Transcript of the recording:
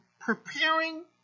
preparing